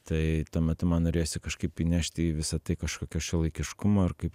tai tuo metu man norėjosi kažkaip įnešti į visą tai kažkokio šiuolaikiškumo ir kaip